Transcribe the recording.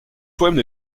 poèmes